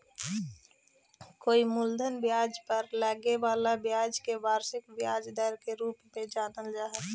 कोई मूलधन पर लगे वाला ब्याज के वार्षिक ब्याज दर के रूप में जानल जा हई